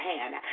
hand